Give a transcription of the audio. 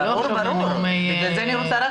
עכשיו זה לא דיון --- לכן אני רוצה רק